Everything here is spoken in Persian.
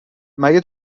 مگه